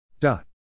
dot